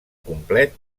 complet